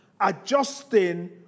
adjusting